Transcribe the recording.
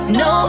no